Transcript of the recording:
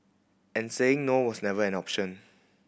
and saying no was never an option